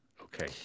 Okay